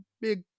big